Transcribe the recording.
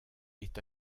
est